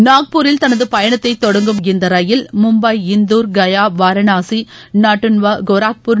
நாக்பூரில் தனது பயணத்தை தொடங்கும் இந்த ரயில் மும்பை இந்தூர் கயா வாரணாசி நட்டுன்வா கோரக்பூர்